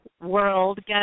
world